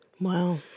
Wow